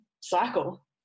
cycle